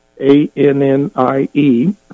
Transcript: A-N-N-I-E